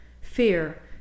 Fear